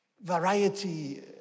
variety